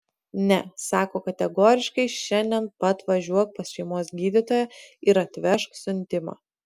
ne sako kategoriškai šiandien pat važiuok pas šeimos gydytoją ir atvežk siuntimą